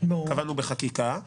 נקבע בחקיקה.